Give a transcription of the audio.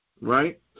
right